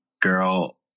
girl